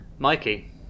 Mikey